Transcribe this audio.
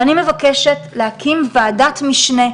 ואני מבקשת להקים ועדת משנה,